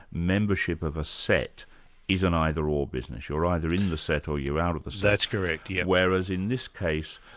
membership of a set is an either or business. you're either in the set or you're out of the set. that's correct, yes. whereas in this case,